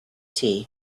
tea